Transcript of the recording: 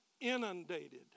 inundated